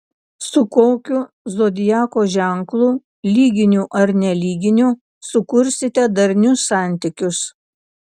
su kokiu zodiako ženklu lyginiu ar nelyginiu sukursite darnius santykius